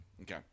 Okay